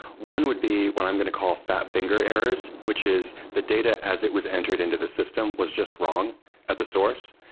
one would be what i'm going to call fat fi nger errors, which is the data as it was entered into the system was just wrong at the source.